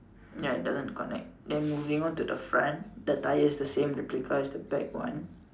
ya doesn't connect then moving on to the front the tyre is the same replicate as the back one